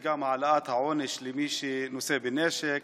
גם העלאת העונש למי שנושא נשק